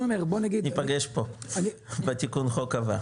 אומר -- ניפגש פה בתיקון החוק הבא.